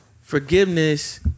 forgiveness